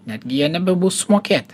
netgi jie nebebus sumokėt